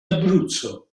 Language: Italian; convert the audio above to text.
abruzzo